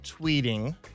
tweeting